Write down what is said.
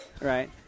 Right